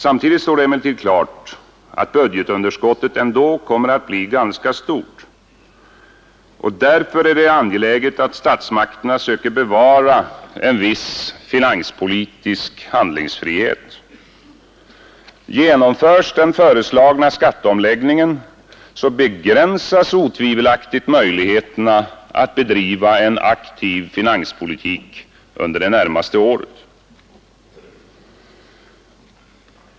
Samtidigt står det emellertid klart att budgetunderskottet ändå kommer att bli ganska stort. Därför är det angeläget att statsmakterna försöker bevara en viss finanspolitisk handlingsfrihet. Genomförs den föreslagna skatteomläggningen begränsas otvivelaktigt möjligheterna att bedriva en aktiv finanspolitik under det närmaste året.